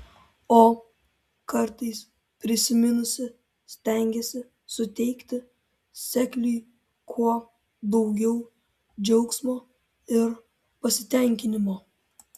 o kartais prisiminusi stengiasi suteikti sekliui kuo daugiau džiaugsmo ir pasitenkinimo